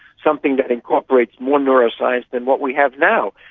something that incorporates more neuroscience than what we have now.